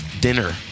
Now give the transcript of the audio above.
dinner